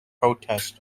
protest